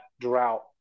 drought